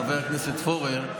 חבר הכנסת פורר,